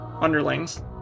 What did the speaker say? underlings